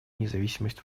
независимость